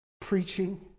preaching